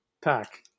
pack